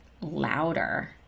louder